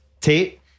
Tate